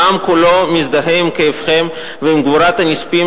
העם כולו מזדהה עם כאבכם ועם גבורת הנספים,